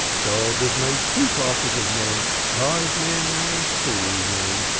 god has made two classes of men vise-men and fool-men.